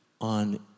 on